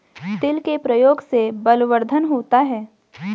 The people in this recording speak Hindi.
तिल के प्रयोग से बलवर्धन होता है